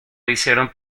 hicieron